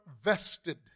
vested